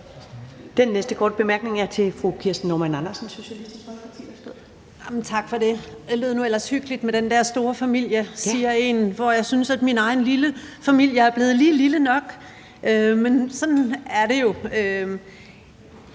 Folkeparti. Værsgo. Kl. 13:51 Kirsten Normann Andersen (SF): Tak for det. Det lød nu ellers hyggeligt med den her storfamilie – jeg synes, at min egen lille familie er blevet lige lille nok, men sådan er det jo.